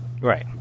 Right